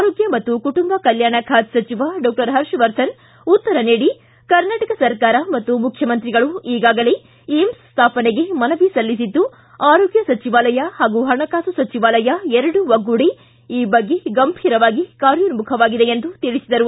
ಆರೋಗ್ಕ ಮತ್ತು ಕುಟುಂಬ ಕಲ್ಕಾಣ ಖಾತೆ ಸಚಿವ ಡಾಕ್ಟರ್ ಪರ್ಷವರ್ಧನ್ ಉತ್ತರ ನೀಡಿ ಕರ್ನಾಟಕ ಸರ್ಕಾರ ಮತ್ತು ಮುಖ್ಯಮಂತ್ರಿಗಳು ಈಗಾಗಲೇ ಏಮ್ಸ್ ಸ್ಥಾಪನೆಗೆ ಮನವಿ ಸಲ್ಲಿಸಿದ್ದು ಆರೋಗ್ಯ ಸಚಿವಾಲಯ ಪಾಗೂ ಪಣಕಾಸು ಸಚಿವಾಲಯ ಎರಡೂ ಒಗ್ಗೂಡಿ ಈ ಬಗ್ಗೆ ಗಂಭೀರವಾಗಿ ಕಾರ್ಯೋನ್ಮುಖವಾಗಿದೆ ಎಂದು ತಿಳಿಸಿದರು